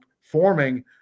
forming